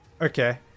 Okay